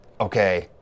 Okay